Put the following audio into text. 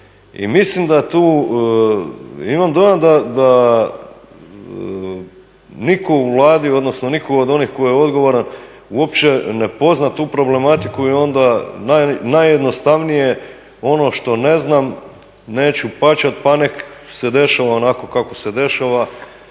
i mislim da tu, imam dojam da nitko u Vladi, odnosno nitko od onih tko je odgovoran uopće ne pozna tu problematiku i onda najjednostavnije ono što ne znam neću pačat pa nek se dešava onako kako se dešava.